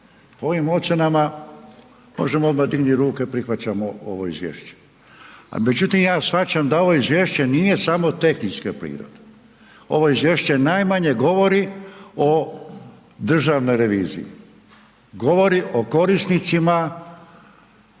Po ovim ocjenama možemo odmah dignuti ruke, prihvaćamo ovo izvješće. Međutim, ja shvaćam da ovo izvješće nije samo tehničke prirode. Ovo izvješće najmanje govori o državnoj reviziji. Govori o korisnicima